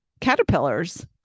caterpillars